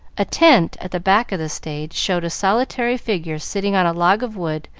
a tent at the back of the stage showed a solitary figure sitting on a log of wood,